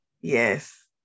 Yes